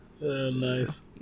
nice